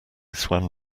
swam